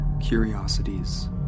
curiosities